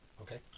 okay